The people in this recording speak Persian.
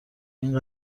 این